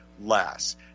less